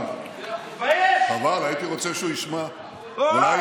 (חבר הכנסת עופר כסיף יוצא מאולם